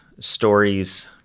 Stories